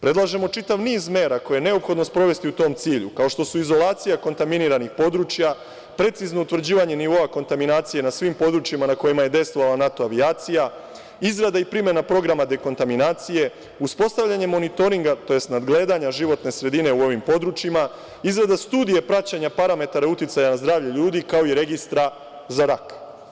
Predlažemo čitav niz mera koje je neophodno sprovesti u tom cilju, kao što su izolacija kontaminiranih područja, precizno utvrđivanje nivoa kontaminacije na svim područjima na kojima je dejstvovala NATO avijacija, izrada i primena programa dekontaminacije, uspostavljanje monitoringa tj. nadgledanja životne sredine u ovim područjima, izrada studija praćenja parametara uticaja na zdravlje ljudi, kao i registra za rak.